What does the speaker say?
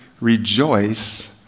rejoice